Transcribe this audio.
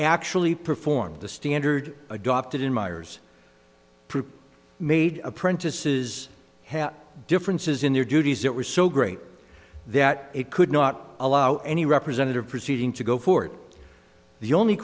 actually performed the standard adopted in miers made apprentices have differences in their duties that were so great that it could not allow any representative proceeding to go forward the only